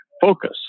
focus